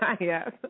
Yes